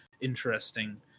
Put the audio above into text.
interesting